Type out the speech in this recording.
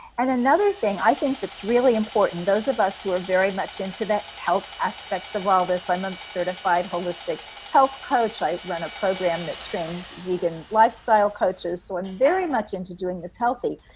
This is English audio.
and another thing i think that's really important, those of us who are very much into the health aspects of all this, i'm a certified holistic health coach, i run a program that trains vegan lifestyle coaches, so i'm very much into doing this healthy,